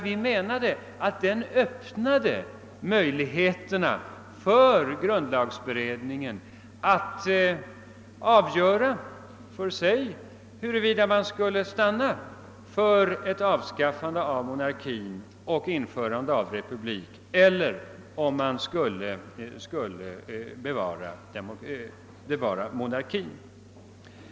Vi menade, att den öppnade möjligheter för grundlagberedningen att avgöra, huruvida man skulle stanna för ett avskaffande av monarkin och införa republik eller om man skulle bevara monarkin.